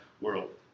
world